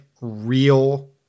real